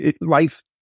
life